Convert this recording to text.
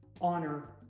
honor